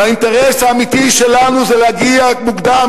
והאינטרס האמיתי שלנו זה להגיע מוקדם